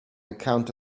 account